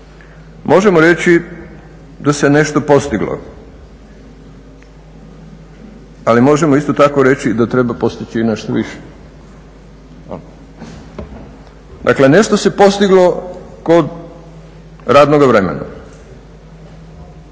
možemo reći da se nešto postiglo, ali možemo isto tako reći da treba postići i nešto više. Dakle, nešto se postiglo kod radnoga vremena